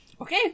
Okay